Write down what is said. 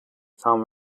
some